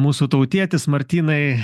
mūsų tautietis martynai